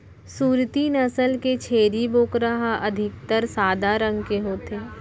सूरती नसल के छेरी बोकरा ह अधिकतर सादा रंग के होथे